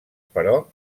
però